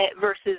versus